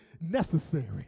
necessary